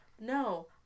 no